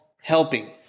helping